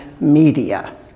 media